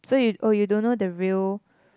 so you oh you don't know the real